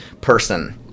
person